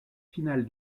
finale